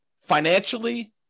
financially